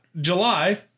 July